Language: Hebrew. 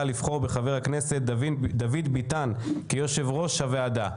לבחור בחבר הכנסת דוד ביטן כיושב-ראש הוועדה.